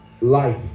life